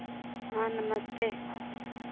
हाँ नमस्ते